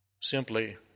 Simply